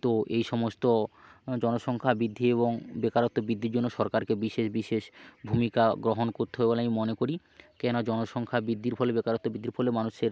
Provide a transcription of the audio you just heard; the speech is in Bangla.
তো এই সমস্ত জনসংখ্যা বৃদ্ধি এবং বেকারত্ব বিদ্ধির জন্য সরকারকে বিশেষ বিশেষ ভূমিকা গ্রহণ করতে হবে বলে আমি মনে করি কেননা জনসংখ্যা বৃদ্ধির ফলে বেকারত্ব বৃদ্ধির ফলে মানুষের